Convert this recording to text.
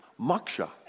moksha